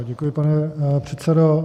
Děkuji, pane předsedo.